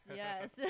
yes